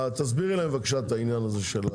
תסבירי להם בבקשה את העניין הזה.